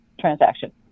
transaction